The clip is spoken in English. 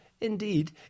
indeed